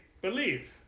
believe